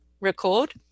record